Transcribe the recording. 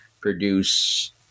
produce